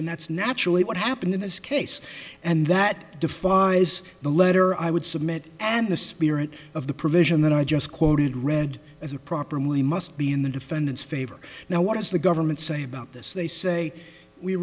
and that's naturally what happened in this case and that defies the letter i would submit and the spirit of the provision that i just quoted read as it properly must be in the defendant's favor now what does the government say about this they say we